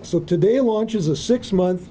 so today launches a six month